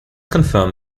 confirm